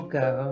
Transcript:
go